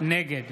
נגד